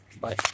bye